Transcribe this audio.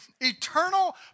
eternal